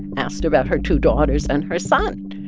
asked about her two daughters and her son.